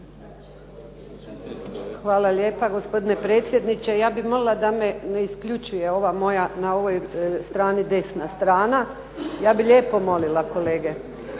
Hvala lijepa gospodine predsjedniče. Ja bih molila da me ne isključuje ova moja, na ovoj strani desna strana. Ja bih lijepo molila kolege.